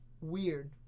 weird